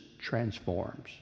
transforms